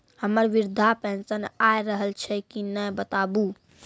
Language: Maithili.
हमर वृद्धा पेंशन आय रहल छै कि नैय बताबू?